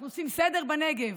אנחנו עושים סדר בנגב.